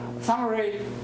summary